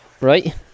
Right